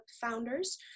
founders